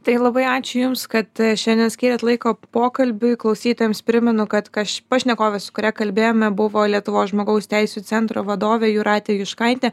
tai labai ačiū jums kad šiandien skyrėt laiko pokalbiui klausytojams primenu kad kaž pašnekovės su kuria kalbėjome buvo lietuvos žmogaus teisių centro vadovė jūratė juškaitė